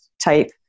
type